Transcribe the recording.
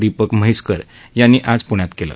दीपक म्हैसेकर यांनी आज पृण्यात केलं